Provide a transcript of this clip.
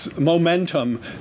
momentum